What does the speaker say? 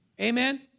Amen